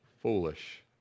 foolish